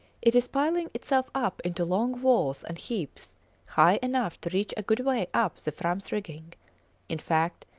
it is piling itself up into long walls and heaps high enough to reach a good way up the fram's rigging in fact,